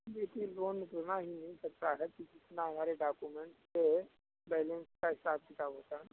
देखिए लोन उतना ही मिल सकता है कि जितना हमारे डाकुमेन्ट्स के बैलेन्स का हिसाब किताब होता है न